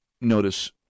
notice